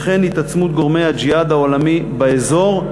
וכן התעצמות גורמי הג'יהאד העולמי באזור,